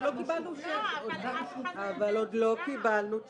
עוד לא קיבלנו --- לא.